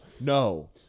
No